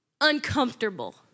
uncomfortable